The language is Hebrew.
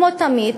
כמו תמיד,